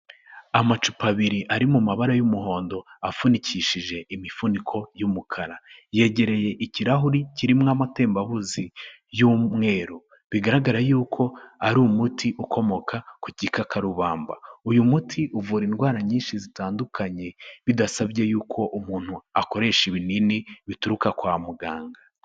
Amacupa abiri ari mu mabara y'umuhondo, afunikishije imifuniko y'umukara. Yegereye ikirahuri kirimwo amatembabuzi y'umweru. Bigaragara yuko ari umuti ukomoka ku gikakarubamba. Uyu muti uvura indwara nyinshi zitandukanye, bidasabye yuko umuntu akoresha ibinini, bituruka kwa muganga.